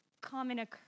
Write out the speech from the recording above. common